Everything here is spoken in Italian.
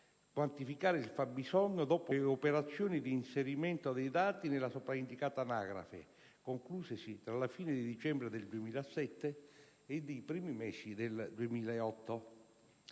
quantificare il fabbisogno dopo le operazioni di inserimento dei dati nella sopraindicata anagrafe, conclusesi tra la fine di dicembre del 2007 e i primi mesi del 2008.